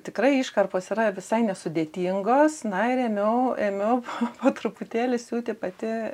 tikrai iškarpos yra visai nesudėtingos na ir ėmiau ėmiau po truputėlį siūti pati